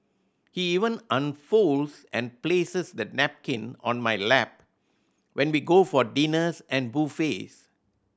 he even unfolds and places the napkin on my lap when we go for dinners and buffets